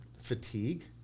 Fatigue